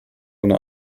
ohne